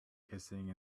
kissing